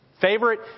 Favorite